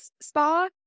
Spa